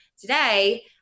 today